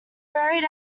buried